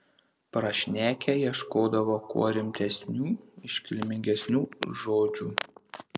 prašnekę ieškodavo kuo rimtesnių iškilmingesnių žodžių